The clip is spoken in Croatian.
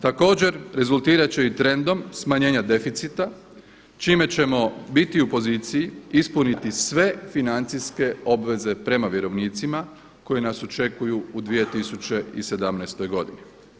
Također rezultirat će i trendom smanjenja deficita, čime ćemo biti u poziciji ispuniti sve financijske obveze prema vjerovnicima koji nas očekuju u 2017. godini.